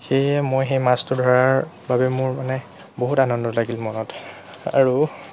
সেয়ে মই সেই মাছটো ধৰাৰ বাবে মোৰ মানে বহুত আনন্দ লাগিল মনত আৰু